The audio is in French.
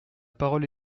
parole